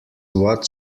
what